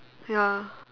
ya